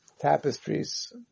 tapestries